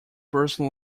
person